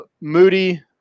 Moody